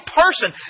person